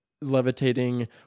levitating